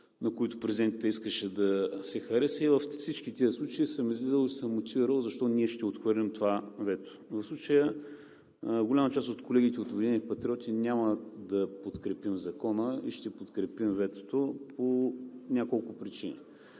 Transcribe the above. на които президентът искаше да се хареса. Във всичките тези случаи съм излизал и съм се мотивирал защо ние ще отхвърлим това вето. В случая обаче голяма част от колегите от „Обединени патриоти“ няма да подкрепим Закона и ще подкрепим ветото по няколко причини.